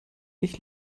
ich